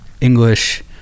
english